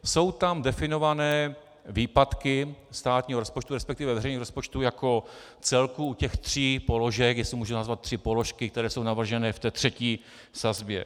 Jsou tam definované výpadky státního rozpočtu, resp. veřejných rozpočtů jako celku u těch tří položek, jestli to mohu nazvat tři položky, které jsou navrženy v třetí sazbě.